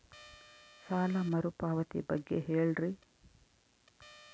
ಸಾಲ ಮರುಪಾವತಿ ಬಗ್ಗೆ ಹೇಳ್ರಿ?